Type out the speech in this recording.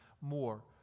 more